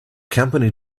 company